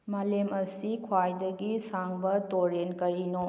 ꯃꯥꯂꯦꯝ ꯑꯁꯤ ꯈ꯭ꯋꯥꯏꯗꯒꯤ ꯁꯥꯡꯕ ꯇꯨꯔꯦꯟ ꯀꯔꯤꯅꯣ